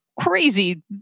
crazy